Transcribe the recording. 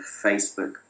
Facebook